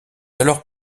alors